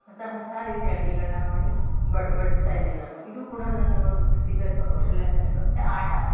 ಹೊಸ ಹೊಸ ರೀತಿಯ ಅಡುಗೆಗಳ್ನ ಮಾಡಿ ಬಡಿಸ್ತಾಯಿದ್ದೆ ನಾನು ಇದು ಕೂಡ ನನ್ನ ಒಂದು ಪ್ರತಿಭೆ ಅಥ್ವಾ ಕೌಶಲ್ಯ ಅಂತಲೇ ಹೇಳ್ಬೋದು ಮತ್ತು ಆಟ